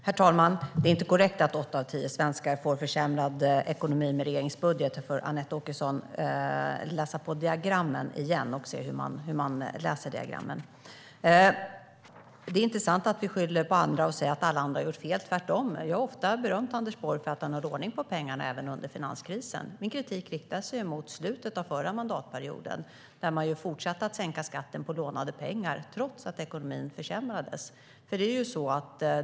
Herr talman! Det är inte korrekt att åtta av tio svenskar får försämrad ekonomi med regeringens budget. Anette Åkesson får läsa diagrammen igen. Det är inte sant att vi skyller på andra och säger att alla andra har gjort fel. Jag har tvärtom ofta berömt Anders Borg för att han höll ordning på pengarna även under finanskrisen. Min kritik riktas mot slutet av förra mandatperioden då man fortsatte att sänka skatten på lånade pengar, trots att ekonomin förbättrades.